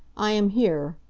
i am here,